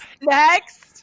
Next